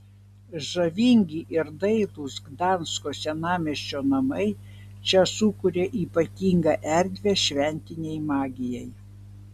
žavingi ir dailūs gdansko senamiesčio namai čia sukuria ypatingą erdvę šventinei magijai